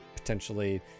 potentially